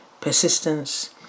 persistence